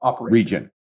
region